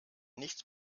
nichts